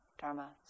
dharma